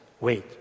wait